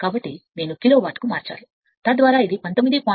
కాబట్టి నేను kilowatt కు మార్చాలి తద్వారా 19